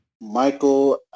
Michael